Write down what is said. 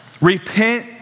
Repent